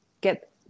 get